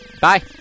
Bye